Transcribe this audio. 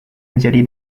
menjadi